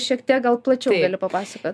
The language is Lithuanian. šiek tiek gal plačiau gali papasakot